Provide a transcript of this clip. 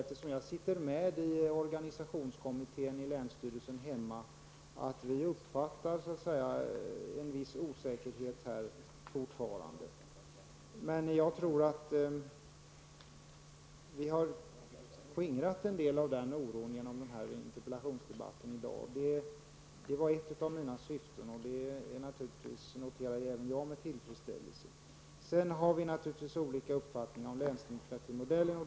Eftersom jag sitter i organisationskommittén i min länsstyrelse, vill jag framhåll att vi fortfarande upplever en viss osäkerhet. Men jag tror att vi har kunnat skingra en del av denna oro genom den här interpellationsdebatten, vilket jag noterar med tillfredsställelse, eftersom det var ett av syftena med min interpellation. Vi har naturligtvis olika uppfattning om länsdemokratimodellen.